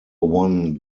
won